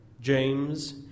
James